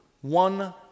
one